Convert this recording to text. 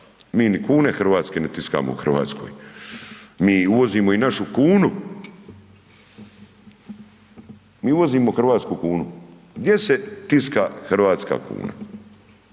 mi ni kune hrvatske ne tiskamo u Hrvatskoj, mi uvozimo i našu kunu, mi uvozimo hrvatsku kunu. Gdje se tiska hrvatska kuna?